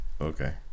Okay